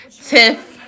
Tiff